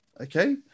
Okay